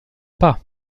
pas